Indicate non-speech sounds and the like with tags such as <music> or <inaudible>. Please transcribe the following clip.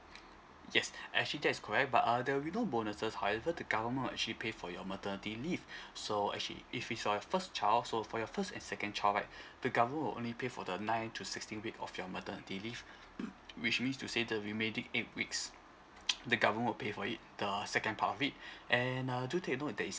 yes actually that's correct but uh there'll be no bonuses however the government will actually pay for your maternity leave so actually if it's your first child so for your first and second child right the government will only pay for the nine to sixteen week of your maternity leave <noise> which means to say the remaining eight weeks <noise> the government will pay for it the second part of it and err do take note that it's